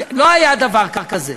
לא היה דבר כזה,